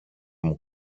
μου